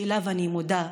שלו אני מודה,